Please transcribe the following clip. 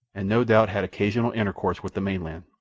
and no doubt had occasional intercourse with the mainland,